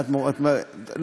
גם אני.